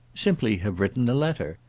simply have written a letter.